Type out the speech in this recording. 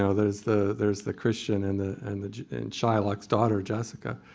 ah there's the there's the christian and the and the and shylock's daughter, jessica.